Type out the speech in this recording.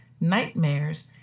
nightmares